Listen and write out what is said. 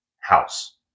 house